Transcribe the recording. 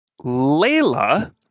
Layla